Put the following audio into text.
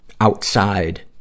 outside